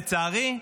לצערי,